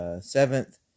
seventh